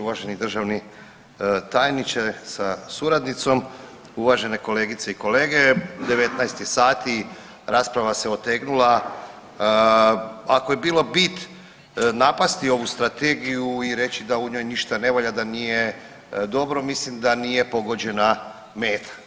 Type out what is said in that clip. Uvaženi državni tajniče sa suradnicom, uvažene kolegice i kolege, 19 je sati, rasprava se otegnula, ako je bilo bit napasti ovu strategiju i reći da u njoj ništa ne valja, da nije dobro mislim da nije pogođena meta.